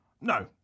No